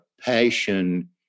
passion